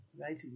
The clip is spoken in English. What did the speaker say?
right